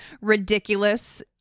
ridiculous